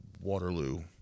Waterloo